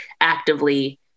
actively